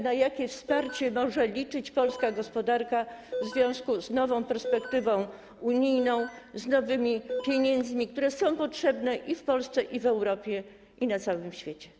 Na jakie wsparcie może liczyć polska gospodarka w związku z nową perspektywą unijną, z nowymi pieniędzmi, które są potrzebne i w Polsce, i w Europie, i na całym świecie?